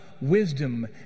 wisdom